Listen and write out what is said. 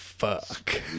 Fuck